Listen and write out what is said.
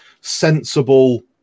sensible